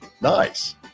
Nice